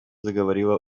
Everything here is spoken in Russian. заговорила